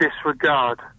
disregard